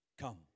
come